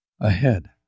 ahead